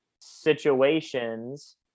situations